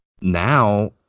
now